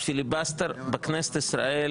הפיליבסטר בכנסת ישראל